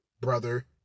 brother